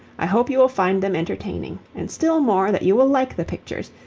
i hope you will find them entertaining, and still more that you will like the pictures,